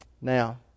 Now